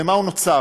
למה הוא נוצר?